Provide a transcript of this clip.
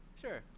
Sure